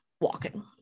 walking